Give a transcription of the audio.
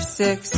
six